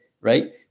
right